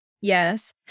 Yes